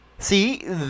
See